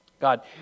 God